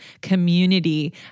community